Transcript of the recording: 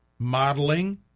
modeling